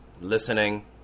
listening